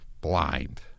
Blind